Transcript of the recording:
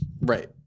right